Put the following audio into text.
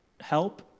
Help